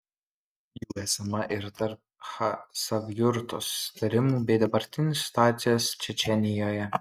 jų esama ir tarp chasavjurto susitarimų bei dabartinės situacijos čečėnijoje